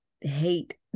hate